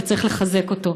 וצריך לחזק אותו.